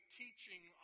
teaching